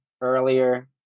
earlier